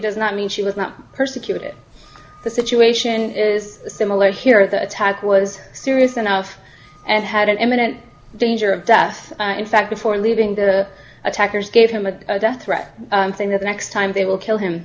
does not mean she was not persecuted the situation is similar here the attack was serious enough and had an imminent danger of death in fact before leaving the attackers gave him a death threat saying that the next time they will kill him